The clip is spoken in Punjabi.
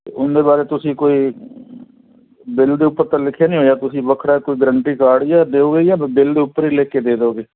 ਅਤੇ ਉਹਦੇ ਬਾਰੇ ਤੁਸੀਂ ਕੋਈ ਬਿੱਲ ਦੇ ਉੱਪਰ ਤਾਂ ਲਿਖਿਆ ਨਹੀਂ ਹੋਇਆ ਤੁਸੀਂ ਵੱਖਰਾ ਕੋਈ ਗਰੰਟੀ ਕਾਰਡ ਜਾ ਦਿਓਗੇ ਜਾਂ ਬਿਲ ਦੇ ਉੱਪਰ ਹੀ ਲਿਖ ਕੇ ਦੇ ਦਿਓਗੇ